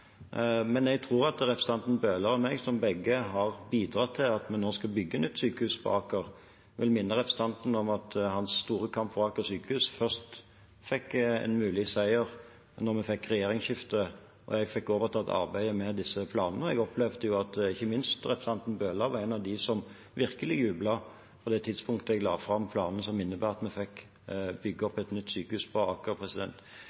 Men jeg tror representanten Bøhler og jeg begge har bidratt til at vi nå skal bygge nytt sykehus på Aker. Jeg vil minne representanten om at hans store kamp for Aker sykehus først fikk en mulig seier da vi fikk regjeringsskifte og jeg fikk overtatt arbeidet med disse planene. Og jeg opplevde at ikke minst representanten Bøhler var en av dem som virkelig jublet på det tidspunktet jeg la fram planene som innebar at vi fikk